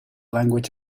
language